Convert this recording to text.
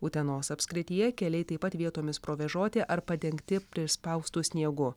utenos apskrityje keliai taip pat vietomis provėžoti ar padengti prispaustu sniegu